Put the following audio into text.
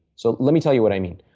so, let me tell you what i mean.